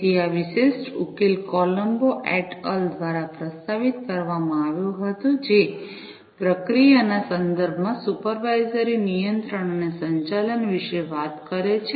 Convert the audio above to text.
તેથી આ વિશિષ્ટ ઉકેલ કોલંબો એટ અલ દ્વારા પ્રસ્તાવિત કરવામાં આવ્યો હતો જે પ્રક્રિયાના સંદર્ભમાં સુપરવાઇઝરી નિયંત્રણ અને સંચાલન વિશે વાત કરે છે